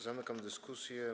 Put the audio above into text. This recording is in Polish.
Zamykam dyskusję.